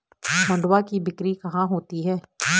मंडुआ की बिक्री कहाँ होती है?